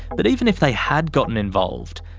but even if they had gotten involved,